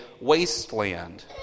wasteland